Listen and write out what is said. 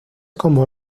como